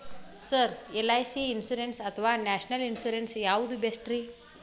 Sir LIC insurance ಅಥವಾ national insurance ಯಾವುದು ಬೆಸ್ಟ್ರಿ?